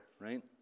right